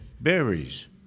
Berries